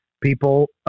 people